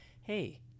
hey